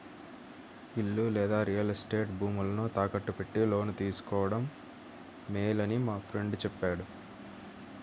ఇల్లు లేదా real estate భూములను తాకట్టు పెట్టి లోను తీసుకోడం మేలని మా ఫ్రెండు చెప్పాడు